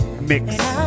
mix